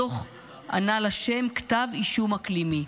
הדוח ענה לשם "כתב אישום אקלימי".